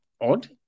odd